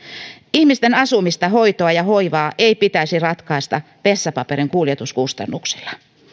ihmisten asumista hoitoa ja hoivaa ei pitäisi ratkaista vessapaperin kuljetuskustannuksilla